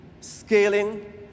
scaling